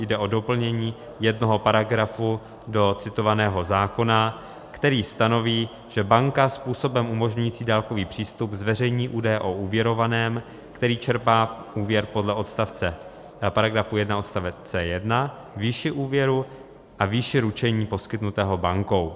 Jde o doplnění jednoho paragrafu do citovaného zákona, který stanoví, že banka způsobem umožňujícím dálkový přístup zveřejní údaje o úvěrovaném, který čerpá úvěr podle § 1 odst. c) jedna, výši úvěru a výši ručení poskytnutého bankou.